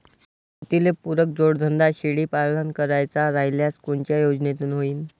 शेतीले पुरक जोडधंदा शेळीपालन करायचा राह्यल्यास कोनच्या योजनेतून होईन?